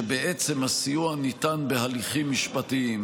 שבעצם הסיוע ניתן בהליכים משפטיים,